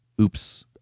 oops